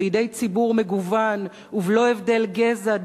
בידי ציבור מגוון ובלא הבדל גזע,